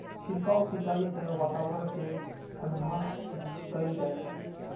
छिड़काव सिंचाइ सं वातावरण कें ठंढा कैल जाइ छै